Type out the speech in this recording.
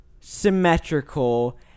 symmetrical